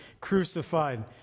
crucified